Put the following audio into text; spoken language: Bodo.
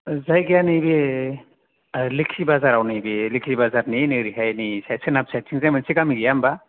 जायगाया नैबे आह लोकि बाजाराव नैबे लोखि बाजारनि नोरैहाय नै साइट सोनाब साइटथिंजाय मोनसे गामि गैया होमबा